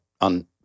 On